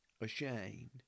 ashamed